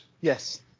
Yes